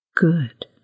Good